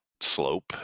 slope